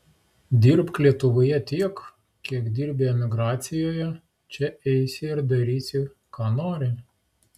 dirbk lietuvoje tiek kiek dirbi emigracijoje čia eisi ir darysi ką nori